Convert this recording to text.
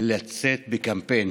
לצאת בקמפיין